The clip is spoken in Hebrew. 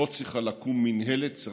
לא צריכה לקום מינהלת.